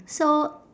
so